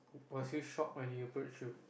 must you shop when he approach you